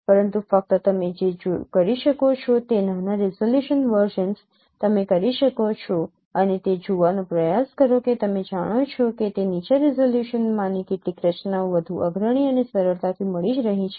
પરંતુ ફક્ત તમે જે કરી શકો તે નાના રીઝોલ્યુશન વર્ઝન્સ તમે કરી શકો છો અને તે જોવાનો પ્રયાસ કરો કે તમે જાણો છો કે તે નીચા રીઝોલ્યુશનમાંની કેટલીક રચનાઓ વધુ અગ્રણી અને સરળતાથી મળી રહી છે